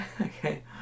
Okay